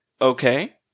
Okay